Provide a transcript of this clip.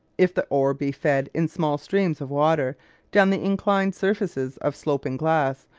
if the ore be fed in small streams of water down the inclined surfaces of sloping glass,